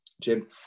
Jim